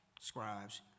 scribes